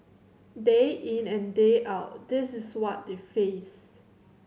day in and day out this is what they face